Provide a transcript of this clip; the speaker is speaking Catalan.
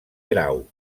grau